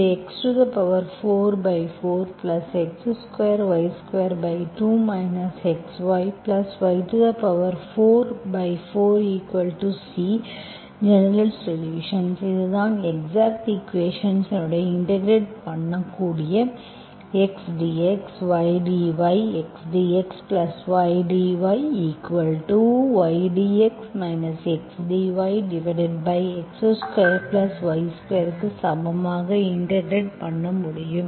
இந்தx44x2y22 xyy44C general solutions இதுதான் exact equation integrate பண்ணக்கூடிய x dx y dy xdxydyy dx x dyx2y2க்கு சமமாக இன்டெகிரெட் பண்ண முடியும்